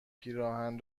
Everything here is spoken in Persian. پیراهن